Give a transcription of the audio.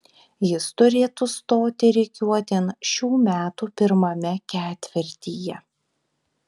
jis turėtų stoti rikiuotėn šių metų pirmame ketvirtyje